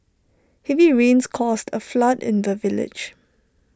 heavy rains caused A flood in the village